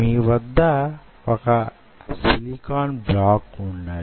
మీ వద్ద వొక silicon block వున్నది